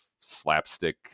slapstick